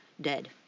dead